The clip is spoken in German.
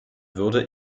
würde